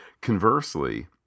Conversely